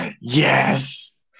Yes